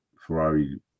Ferrari